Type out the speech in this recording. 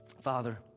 Father